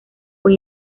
fue